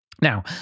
Now